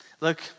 Look